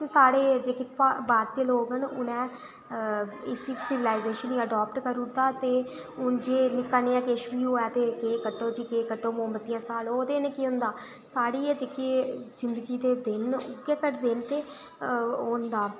साढ़े जेह्ड़े भारती लोक न उ'नें इसी सिविलाइजेशन गी अडोपट करू ओड़ेदा ते निक्का नेहा बी किश होऐ केक कट्टो जी केक कट्टो मोमबतियां स्हालो ओह्दे कन्नै केह् होंदा साढ़ी गै जिंदगी दे दिन कटदे न ते ओह् होंदा